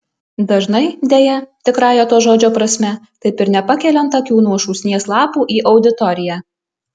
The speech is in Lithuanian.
dažnai deja tikrąja to žodžio prasme taip ir nepakeliant akių nuo šūsnies lapų į auditoriją